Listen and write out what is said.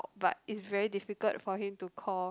but it's very difficult for him to call